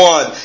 One